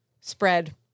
spread